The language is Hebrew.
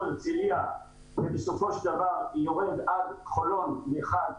הרצליה ובסופו של דבר יורד עד חולון מחד,